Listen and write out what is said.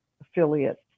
affiliates